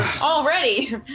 Already